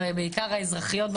ובעיקר האזרחיות,